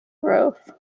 growth